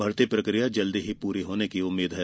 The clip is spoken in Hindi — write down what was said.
भर्ती प्रक्रिया जल्द ही पूरी होने की उम्मीद है